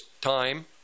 time